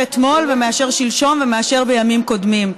אתמול ומאשר שלשום ומאשר בימים קודמים.